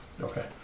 Okay